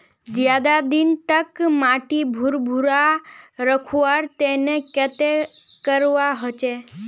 ज्यादा दिन तक माटी भुर्भुरा रखवार केते की करवा होचए?